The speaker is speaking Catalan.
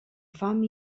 fam